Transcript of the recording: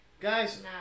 Guys